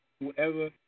Whoever